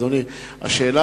אדוני השר,